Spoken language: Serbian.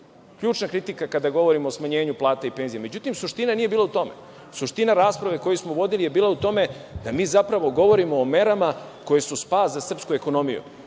ključna kritika kada govorimo o smanjenju plata i penzija.Međutim, suština nije bila u tome. Suština rasprave koju smo vodili je bila u tome da mi zapravo govorimo o merama koje su spas za srpsku ekonomiju.